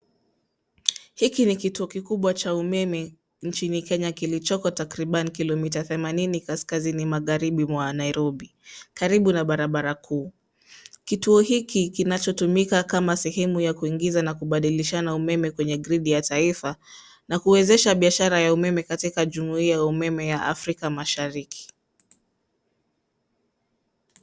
Hiki ni kituo kikubwa cha umeme nchini Kenya kilichoko takribani kilomita themanini kaskazini magharibi mwa Nairobi, karibu na barabara kuu. Kituo hiki kinachotumika kama sehemu ya kuingiza na kubadilishana umeme kwenye grid ya taifa, na kuwezesha biashara ya umeme katika jumuiya ya umeme ya Afrika mashariki.